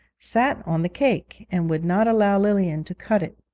sat on the cake and would not allow lilian to cut it.